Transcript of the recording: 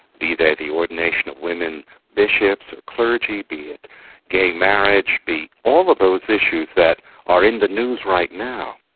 be that the ordination of women bishops or clergy, be it gay marriage, be all of those issues that are in the news right now.